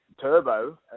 Turbo